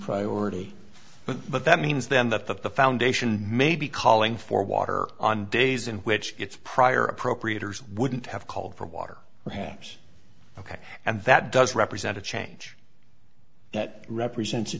priority but but that means then that the foundation may be calling for water on days in which it's prior appropriators wouldn't have called for water perhaps ok and that does represent a change that represents a